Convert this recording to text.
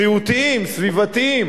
בריאותיים, סביבתיים,